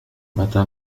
متى